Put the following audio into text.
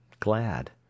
glad